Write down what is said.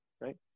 right